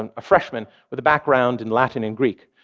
and a freshman, with a background in latin and greek,